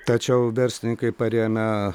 tačiau verslininkai parėmę